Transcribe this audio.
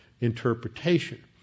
interpretation